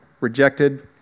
rejected